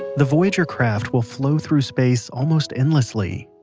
the voyager craft will flow through space almost endlessly.